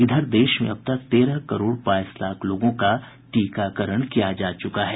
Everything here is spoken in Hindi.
इधर देश में अब तक तेरह करोड़ बाईस लाख लोगों का टीकाकरण किया जा चुका है